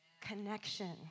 Connection